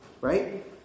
right